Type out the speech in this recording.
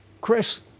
Chris